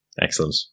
Excellent